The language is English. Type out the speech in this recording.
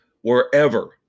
wherever